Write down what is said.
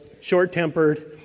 short-tempered